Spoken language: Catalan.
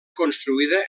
construïda